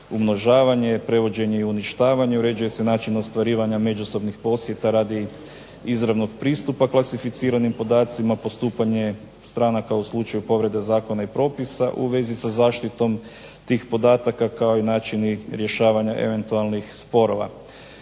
umnožavanje, prevođenje i uništavanje, uređuje se način ostvarivanja međusobnih posjeta radi izravnog pristupa klasificiranim podacima, postupanje stranaka u slučaju povrede zakona i propisa u vezi sa zaštitom tih podataka kao i načini rješavanja eventualnih sporova.